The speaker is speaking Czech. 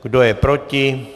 Kdo je proti?